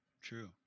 true